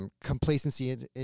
complacency